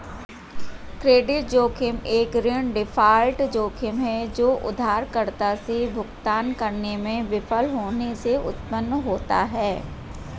credit जोखिम एक ऋण डिफ़ॉल्ट जोखिम है जो उधारकर्ता से भुगतान करने में विफल होने से उत्पन्न होता है